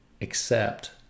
accept